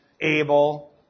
Abel